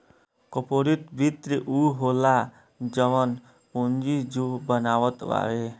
corporate वित्त उ होला जवन पूंजी जे बनावत हवे